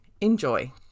Enjoy